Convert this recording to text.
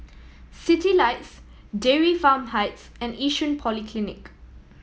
Citylights Dairy Farm Heights and Yishun Polyclinic